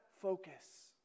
focus